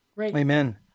Amen